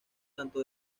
tanto